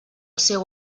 seu